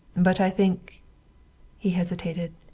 but i think he hesitated.